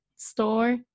store